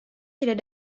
tidak